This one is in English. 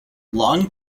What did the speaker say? long